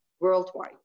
worldwide